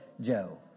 Joe